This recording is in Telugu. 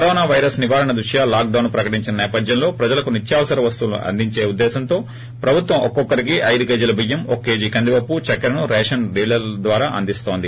కరోనా వైరస్ నివారణ దృష్ట్యా లాక్ డొన్ ప్రకటించిన సేపధ్యంలో ప్రజలకు నిత్యావసర వస్తువులను అందించే ఉద్దేశంతో ప్రభుత్వం ఒక్కొక్కరికి ఐదు కేజీల చియ్యం ఒక కేజీ కందిపప్పు చెక్కరను రేషన్ డీలర్ల ద్వారా అందజేస్తోంది